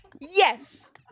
Yes